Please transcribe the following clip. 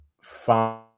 fine